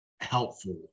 helpful